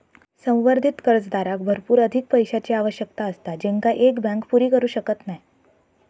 संवर्धित कर्जदाराक भरपूर अधिक पैशाची आवश्यकता असता जेंका एक बँक पुरी करू शकत नाय